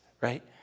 right